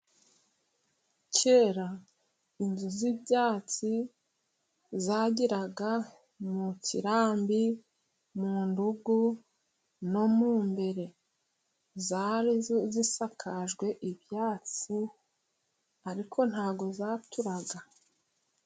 Kera inzu z'ibyatsi，zagiraga mu kirambi，mu ndugu no mu mbere. Zari zisakajwe ibyatsi， ariko ntabwo zaturaga.